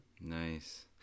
nice